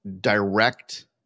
direct